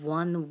one